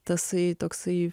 tasai toksai